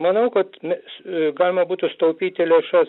manau kad galima būtų sutaupyti lėšas